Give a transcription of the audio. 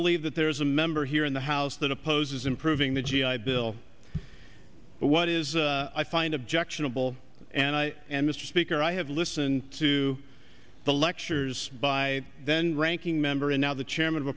believe that there is a member here in the house that opposes improving the g i bill but what is i find objectionable and i and mr speaker i have listened to the lectures by then ranking member and now the chairman of